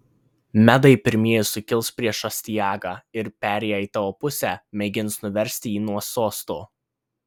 medai pirmieji sukils prieš astiagą ir perėję į tavo pusę mėgins nuversti jį nuo sosto